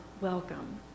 welcome